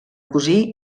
cosir